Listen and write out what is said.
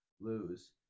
lose